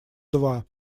два